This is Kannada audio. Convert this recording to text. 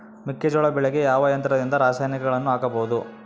ಮೆಕ್ಕೆಜೋಳ ಬೆಳೆಗೆ ಯಾವ ಯಂತ್ರದಿಂದ ರಾಸಾಯನಿಕಗಳನ್ನು ಹಾಕಬಹುದು?